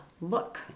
look